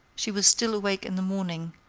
she was still awake in the morning,